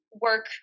work